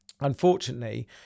Unfortunately